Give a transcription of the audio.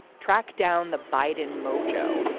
tracked down the biden mojo.